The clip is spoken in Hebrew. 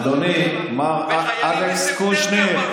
אדוני, מר אלכס קושניר.